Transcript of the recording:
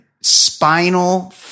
spinal